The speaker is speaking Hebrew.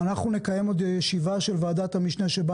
נקיים עוד ישיבה של ועדת המשנה שבה